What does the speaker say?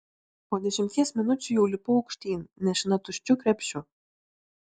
po dešimties minučių jau lipau aukštyn nešina tuščiu krepšiu